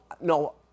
no